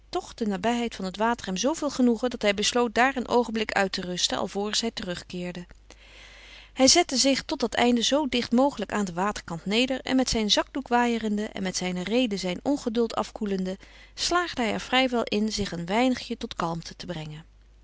toch de nabijheid van het water hem zooveel genoegen dat hij besloot daar een oogenblik uit te rusten alvorens hij terugkeerde hij zette zich tot dat einde zoo dicht mogelijk aan den waterkant neder en met zijn zakdoek waaierende en met zijne rede zijn ongeduld afkoelende slaagde hij er vrijwel in zich een weinigje tot kalmte te brengen